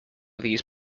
these